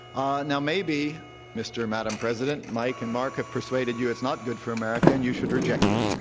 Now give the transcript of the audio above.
ah now, maybe mister, madame president mike and mark have persuaded you it's not good for america and you should reject it.